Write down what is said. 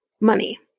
money